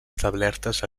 establertes